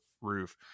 roof